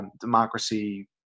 democracy